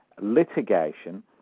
litigation